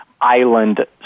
island